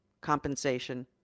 compensation